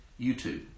YouTube